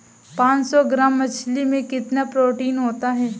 पांच सौ ग्राम मछली में कितना प्रोटीन होता है?